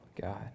God